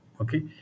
Okay